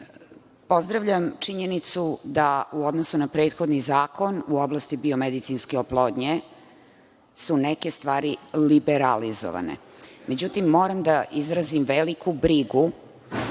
činjenicu da u odnosu na prethodni zakon u oblasti biomedicinske oplodnje su neke stvari liberalizovane. Međutim, moram da izrazim veliku brigu